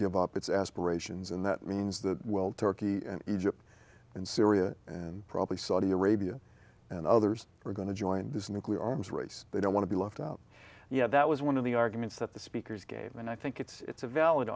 give up its aspirations and that means that turkey and egypt and syria and probably saudi arabia and others are going to join this nuclear arms race they don't want to be left out yeah that was one of the arguments that the speakers gave and i think it's a valid